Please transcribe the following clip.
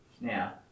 Now